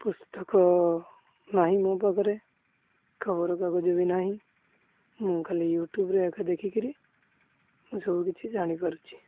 ପୁସ୍ତକ ନାହିଁ ମୋ ପାଖରେ ଖବର କାଗଜ ବି ନାହିଁ ମୁଁ କାଲି ୟୁଟ୍ୟୁବ୍ରେ ଏକା ଦେଖି କରି ମୁଁ ସବୁକିଛି ଜାଣିପାରୁଛି